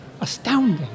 Astounding